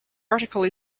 article